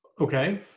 Okay